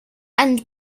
and